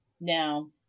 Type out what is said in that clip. Now